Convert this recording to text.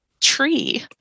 tree